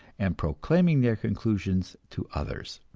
and proclaiming their conclusions to others.